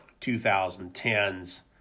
2010s